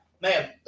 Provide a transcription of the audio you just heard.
man